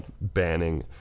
banning